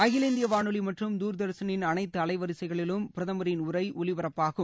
அகில இந்திய வானொலி மற்றும் தூர்தர்ஷனின் அனைத்து அலைவரிசைகளிலும் பிரதமரின் உரை ஒலிபரப்பாகும்